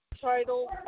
title